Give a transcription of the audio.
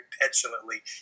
petulantly